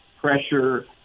pressure